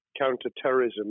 counter-terrorism